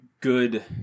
good